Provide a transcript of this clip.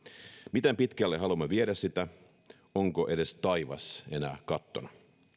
miten pitkälle haluamme viedä sitä onko edes taivas enää kattona